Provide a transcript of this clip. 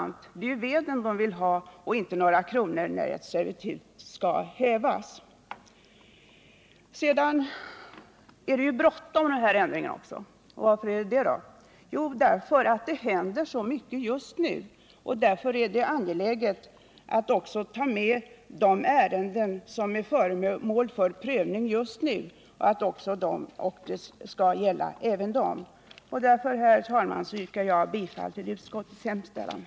Det är ju veden de vill ha, inte några kronor i samband med att ett servitut skall hävas. Nr 52 Det är ju också bråttom med de nya bestämmelserna. Varför är det bråttom? Jo, därför att det händer så mycket just nu på detta område, och det gör det angeläget att lagändringen skall gälla även de ärenden som nu är föremål för prövning.